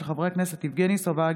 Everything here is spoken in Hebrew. של חברי הכנסת יבגני סובה,